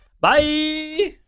Bye